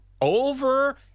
over